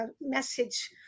message